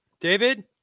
david